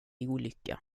olycka